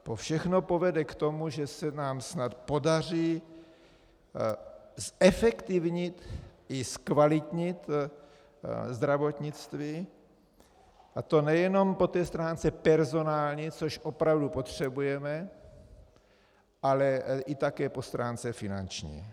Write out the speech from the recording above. To všechno povede k tomu, že se nám snad podaří zefektivnit i zkvalitnit zdravotnictví, a to nejen po stránce personální, což opravdu potřebujeme, ale také po stránce finanční.